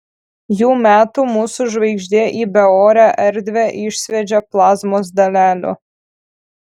jų metu mūsų žvaigždė į beorę erdvę išsviedžia plazmos dalelių